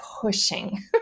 pushing